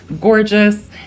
gorgeous